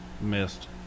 missed